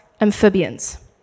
amphibians